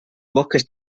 bosques